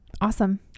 Awesome